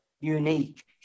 unique